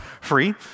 free